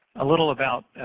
a little about